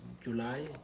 July